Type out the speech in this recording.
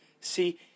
See